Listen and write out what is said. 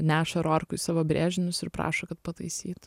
neša rorkui savo brėžinius ir prašo kad pataisytų